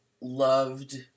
loved